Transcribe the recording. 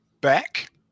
back